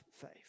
faith